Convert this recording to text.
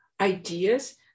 ideas